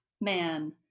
man